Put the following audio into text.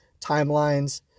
timelines